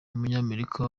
umunyamerika